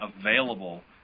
available